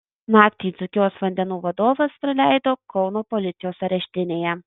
naktį dzūkijos vandenų vadovas praleido kauno policijos areštinėje